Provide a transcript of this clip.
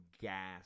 gas